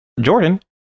jordan